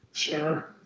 Sure